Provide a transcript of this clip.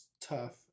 tough